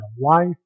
life